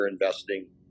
investing